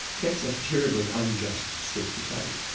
that's a terribly unjust step to take.